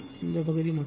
இந்த பகுதி மட்டுமே